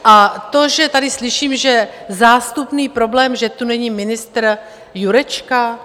A to, že tady slyším, že zástupný problém, že tu není ministr Jurečka?